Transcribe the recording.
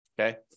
Okay